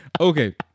Okay